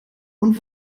und